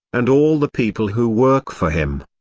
and all the people who work for him,